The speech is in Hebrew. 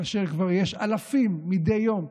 כאשר כבר יש אלפים מדי יום.